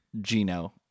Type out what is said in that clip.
Gino